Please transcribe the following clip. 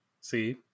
see